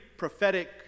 prophetic